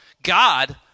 God